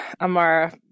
Amara